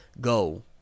go